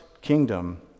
kingdom